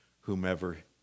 whomever